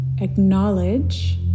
acknowledge